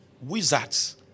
Wizards